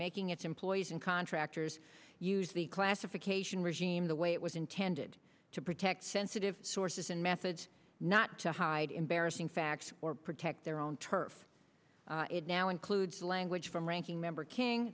making its employees and contractors use the classification regime the way it was intended to protect sensitive sources and methods not to hide embarrassing facts or protect their own turf it now includes language from ranking member king